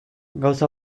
gauza